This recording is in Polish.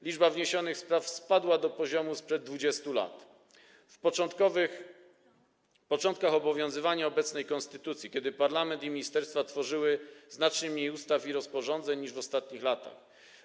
Liczba wniesionych spraw spadła do poziomu sprzed 20 lat, z początków obowiązywania obecnej konstytucji, kiedy parlament i ministerstwa tworzyły znacznie mniej ustaw i rozporządzeń niż w ostatnich latach.